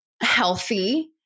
healthy